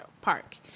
park